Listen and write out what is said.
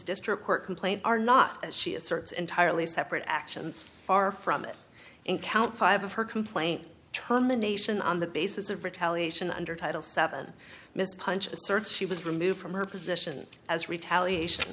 district court complaint are not as she asserts entirely separate actions far from it in count five of her complaint terminations on the basis of retaliation under title seven mr punch asserts she was removed from her position as retaliation